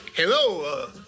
Hello